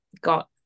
got